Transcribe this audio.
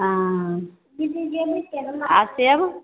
हँ आ सेब